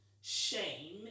shame